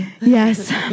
Yes